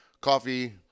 coffee